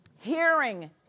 hearing